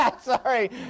Sorry